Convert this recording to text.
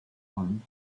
arms